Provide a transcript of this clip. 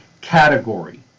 category